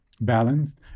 balanced